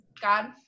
God